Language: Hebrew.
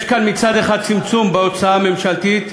יש כאן מצד אחד צמצום בהוצאה הממשלתית